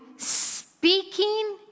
Speaking